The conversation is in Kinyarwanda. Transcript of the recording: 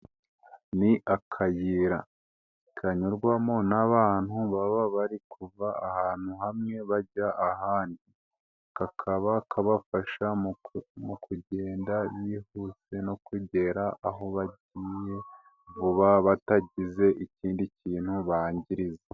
Ni akayira kanyurwamo n'abantu baba bari kuva ahantu hamwe bajya ahandi, kakaba kabafasha mu kugenda bihuse no kugera aho bagiye vuba batagize ikindi kintu bangiriza.